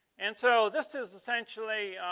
and so this is essentially